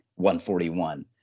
141